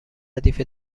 ردیف